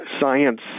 science